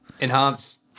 Enhance